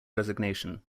resignation